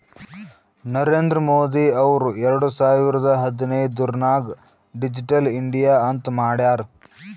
ನರೇಂದ್ರ ಮೋದಿ ಅವ್ರು ಎರಡು ಸಾವಿರದ ಹದಿನೈದುರ್ನಾಗ್ ಡಿಜಿಟಲ್ ಇಂಡಿಯಾ ಅಂತ್ ಮಾಡ್ಯಾರ್